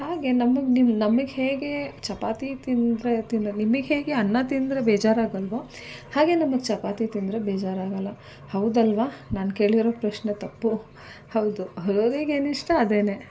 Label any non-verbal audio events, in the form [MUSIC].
ಹಾಗೆ ನಮಗೆ ನಿಮ್ಮ ನಮಗೆ ಹೇಗೆ ಚಪಾತಿ ತಿಂದರೆ [UNINTELLIGIBLE] ನಿಮಗೆ ಹೇಗೆ ಅನ್ನ ತಿಂದರೆ ಬೇಜಾರಾಗೋಲ್ವೋ ಹಾಗೆಯೇ ನಮಗೆ ಚಪಾತಿ ತಿಂದರೆ ಬೇಜಾರಾಗೋಲ್ಲ ಹೌದಲ್ವ ನಾನು ಕೇಳಿರೋ ಪ್ರಶ್ನೆ ತಪ್ಪು ಹೌದು ಅವ್ರಿಗೇನು ಇಷ್ಟ ಅದೇ